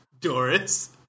Doris